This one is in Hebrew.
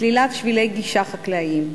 סלילת שבילי גישה חקלאיים,